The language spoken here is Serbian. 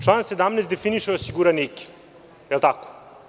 Član 17. definiše osiguranike, jel tako?